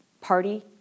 party